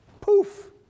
poof